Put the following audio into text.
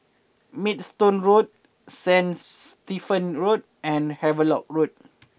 Maidstone Road Saint Stephen Road and Havelock Road